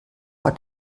hat